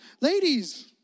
Ladies